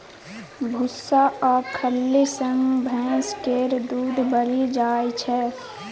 भुस्सा आ खल्ली सँ भैंस केर दूध बढ़ि जाइ छै